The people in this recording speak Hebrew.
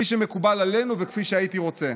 כפי שמקובל עלינו וכפי שהייתי רוצה.